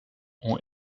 ont